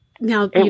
Now